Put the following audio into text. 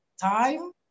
time